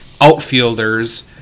outfielders